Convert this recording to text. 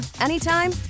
anytime